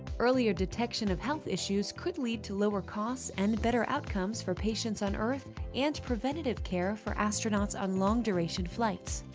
earlier detection of health issues could lead to lower costs and better outcomes for patients on earth and preventive care for astronauts on long-duration flights.